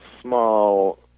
small